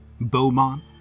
Beaumont